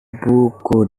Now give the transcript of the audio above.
buku